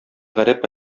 гарәп